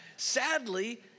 Sadly